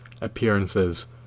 appearances